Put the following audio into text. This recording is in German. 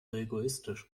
egoistisch